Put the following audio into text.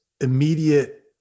immediate